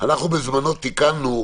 אנחנו בזמנו תיקנו,